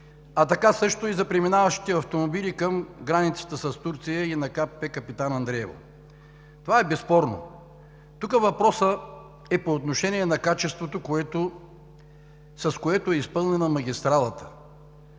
така и за преминаващите автомобили към границата с Турция и на КПП „Капитан Андреево“. Това е безспорно. Тук въпросът е по отношение на качеството, с което е изпълнена магистралата.